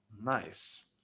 Nice